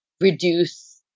reduce